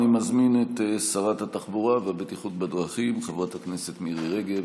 אני מזמין את שרת התחבורה והבטיחות בדרכים חברת הכנסת מירי רגב.